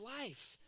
life